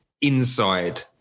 inside